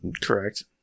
Correct